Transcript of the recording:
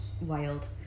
Wild